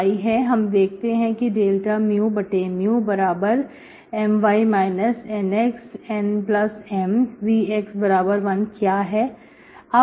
हम देखते हैं कि dμMy NxNM vx1 क्या है